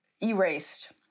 erased